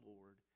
Lord